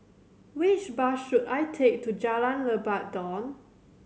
which bus should I take to Jalan Lebat Daun